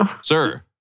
Sir